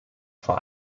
vor